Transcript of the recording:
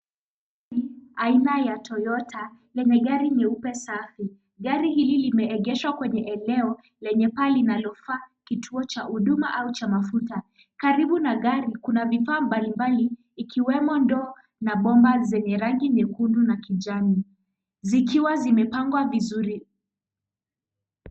Aina ya toyota yenye gari nyeupe safi. Gari hili limeegeshwa kwenye eneo lenye paa linalo fanana na kituo cha huduma au cha mafuta. Karibu na gari kuna vifaa mbalimbali ikiwemo ndoo na bomba zenye rangi nyekundu na kijani zikiwa zimepangwa vizuri.